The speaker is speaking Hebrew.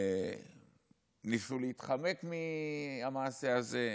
וניסו להתחמק מהמעשה הזה.